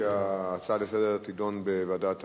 השר מסכים שההצעה לסדר-היום תידון בוועדת החינוך.